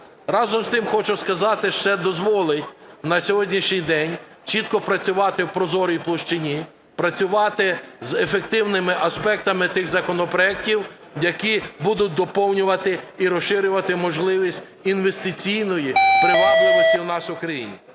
Разом з тим, хочу сказати, ще дозволить на сьогоднішній день чітко працювати в прозорій площині, працювати з ефективними аспектами тих законопроектів, які будуть доповнювати і розширювати можливість інвестиційної привабливості нашої країни.